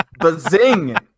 Bazing